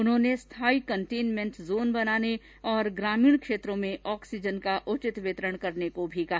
उन्होंने स्थानी containment zone बनाने और ग्रामीण क्षेत्रों में ऑक्सीजन का उचित विंतरण करने को भी कहा